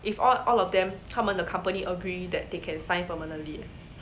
if all all of them 他们的 company agree that they can sign permanently